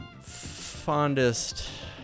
fondest